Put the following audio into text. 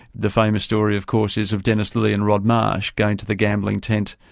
the famous story of course is of dennis lillee and rod marsh going to the gambling tent,